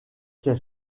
qu’est